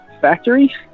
factory